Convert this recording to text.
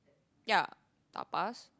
ya Tapas